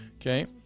Okay